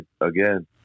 again